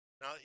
Now